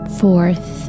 fourth